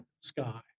sky